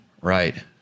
Right